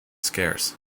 scarce